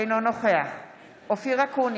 אינו נוכח אופיר אקוניס,